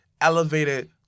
elevated